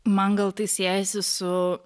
man gal tai siejasi su